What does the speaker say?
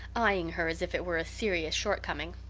eying her as if it were a serious shortcoming.